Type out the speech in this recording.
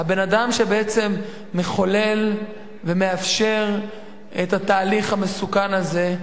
הבן-אדם שבעצם מחולל ומאפשר את התהליך המסוכן הזה,